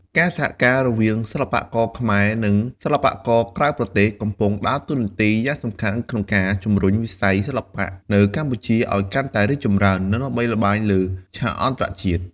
ការសហការរវាងសិល្បករខ្មែរ និងសិល្បករក្រៅប្រទេស កំពុងដើរតួនាទីយ៉ាងសំខាន់ក្នុងការជំរុញវិស័យសិល្បៈនៅកម្ពុជាឱ្យកាន់តែរីកចម្រើន និងល្បីល្បាញលើឆាកអន្តរជាតិ។